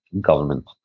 government